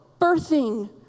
birthing